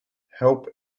help